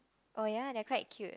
oh ya they're quite cute